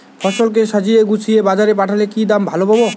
ফসল কে সাজিয়ে গুছিয়ে বাজারে পাঠালে কি দাম ভালো পাব?